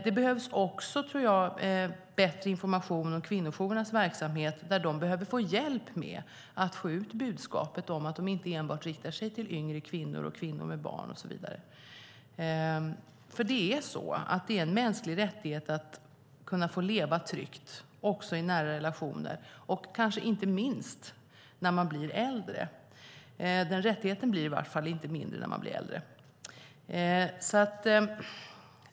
Jag tror också att det behövs bättre information om kvinnojourernas verksamhet där de behöver få hjälp med att få ut budskapet om att de inte enbart riktar sig till yngre kvinnor, kvinnor med barn och så vidare. Det är nämligen en mänsklig rättighet att kunna få leva tryggt också i nära relationer och kanske inte minst när man blir äldre. Den rättigheten blir i varje fall inte mindre när man blir äldre.